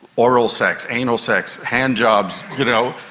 oral sex, anal sex, hand jobs, you know,